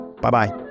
Bye-bye